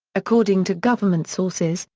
according to government sources,